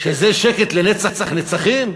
שזה שקט לנצח נצחים?